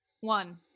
One